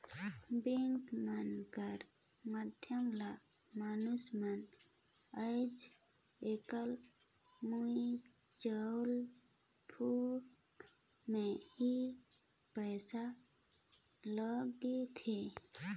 bank मन कर माध्यम ले मइनसे मन आएज काएल म्युचुवल फंड में ही पइसा लगाथें